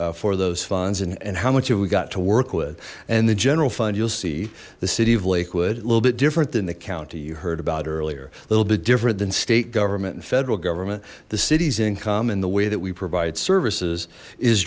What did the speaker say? outlook for those funds and how much have we got to work with and the general fund you'll see the city of lakewood a little bit different than the county you heard about earlier a little bit different than state government and federal government the city's income and the way that we provide services is